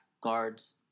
guards